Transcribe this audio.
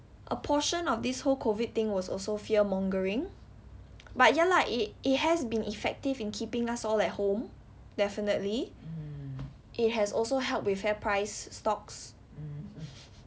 a portion of this whole COVID thing was also fearmongering but ya lah it it has been effective in keeping us all at home definitely it has also helped with Fairprice stocks